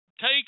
take